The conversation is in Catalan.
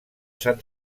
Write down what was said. sant